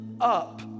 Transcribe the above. up